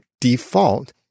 default